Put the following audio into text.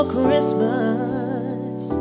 Christmas